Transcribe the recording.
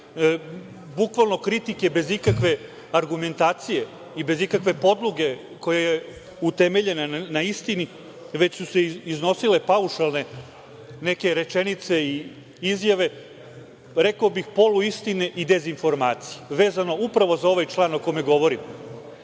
bukvalno kritike bez ikakve argumentacije i bez ikakve podloge koja je utemeljena na istini, već su se iznosile paušalne neke rečenice i izjave, rekao bih poluistine i dezinformacije, vezano upravo za ovaj član o kome govorim. Naime,